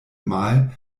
mal